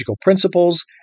principles